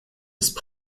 ist